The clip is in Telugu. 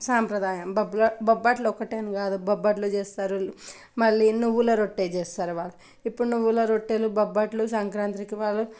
సాంప్రదాయం బొబ్ల బొబ్బట్లు ఒక్కటే అని కాదు బొబ్బట్లు చేస్తరు మళ్ళీ నువ్వుల రొట్టె చేస్తరు వాళ్ళు ఇప్పుడు నువ్వుల రొట్టెలు బొబ్బట్లు సంక్రాంత్రికి వాళ్ళు